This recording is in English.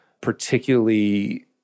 particularly